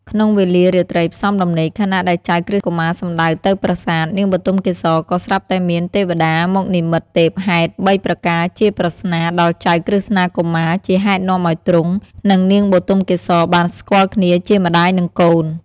ក្នុងវេលារាត្រីផ្សំដំណេក ខណៈដែលចៅក្រឹស្នកុមារសំដៅទៅប្រាសាទ នាងបុទមកេសរក៏ស្រាប់តែមានទេវតាមកនិមិត្តទេពហេតុបីប្រការជាប្រស្នាដល់ចៅក្រឹស្នកុមារ ជាហេតុនាំឱ្យទ្រង់ និងនាងបុទមកេសរបានស្គាល់គ្នាជាម្តាយនិងកូន។